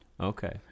Okay